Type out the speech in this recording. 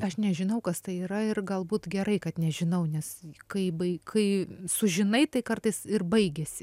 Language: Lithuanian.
aš nežinau kas tai yra ir galbūt gerai kad nežinau nes kaip bai kai sužinai tai kartais ir baigiasi